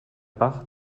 bach